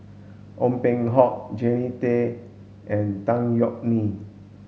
Ong Peng Hock Jannie Tay and Tan Yeok Nee